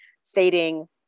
stating